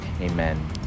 Amen